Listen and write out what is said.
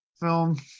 film